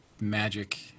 magic